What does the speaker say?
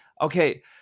Okay